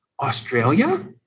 Australia